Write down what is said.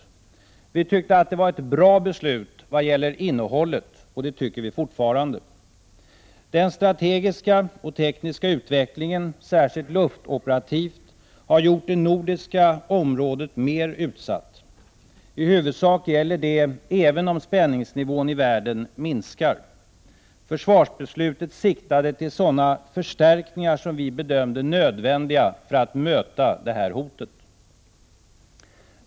Vi i folkpartiet tyckte att det var ett bra beslut när det gäller innehållet. Och det tycker vi fortfarande. Den strategiska och tekniska utvecklingen — särskilt luftoperativt — har gjort det nordiska området mer utsatt. I huvudsak gäller detta även om spänningsnivån i världen minskar. Försvarsbeslutet siktade till sådana förstärkningar som vi bedömde som nödvändiga för att möta detta hot.